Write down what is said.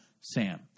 Sam